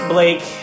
Blake